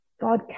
God